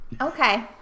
Okay